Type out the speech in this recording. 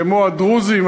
כמו הדרוזים,